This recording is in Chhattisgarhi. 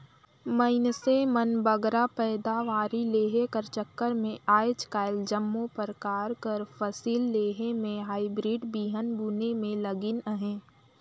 मइनसे मन बगरा पएदावारी लेहे कर चक्कर में आएज काएल जम्मो परकार कर फसिल लेहे में हाईब्रिड बीहन बुने में लगिन अहें